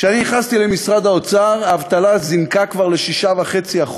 כשאני נכנסתי למשרד האוצר האבטלה זינקה כבר ל-6.5%.